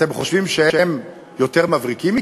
חושבים שהם יותר מבריקים מכם?